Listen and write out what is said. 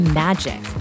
magic